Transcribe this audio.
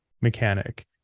mechanic